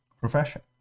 profession